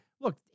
look